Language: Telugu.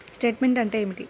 స్టేట్మెంట్ అంటే ఏమిటి?